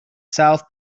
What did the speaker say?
south